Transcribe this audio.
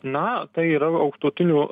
na tai yra aukštutinių